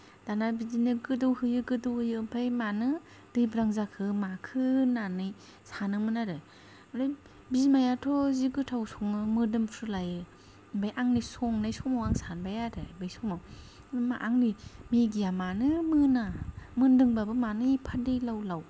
दाना बिदिनो गोदौ होयो गोदौ होयो ओमफाय मानो दैब्रां जाखो माखो होननानै सानोमोन आरो ओफ्राय बिमायाथ' जि गोथाव सङो मोदोमफ्रु लायो ओमफाय आंनि संनाय समाव आं सानबाय आरो बे समाव मा आंनि मेगिया मानो मोना मोनदोंबाबो मानो एफफा दैलावलाव